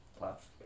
love